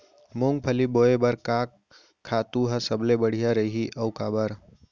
मूंगफली बोए बर का खातू ह सबले बढ़िया रही, अऊ काबर?